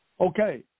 Okay